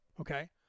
Okay